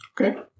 Okay